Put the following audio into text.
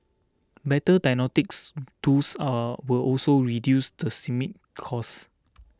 better diagnostics tools are will also reduce the systemic cost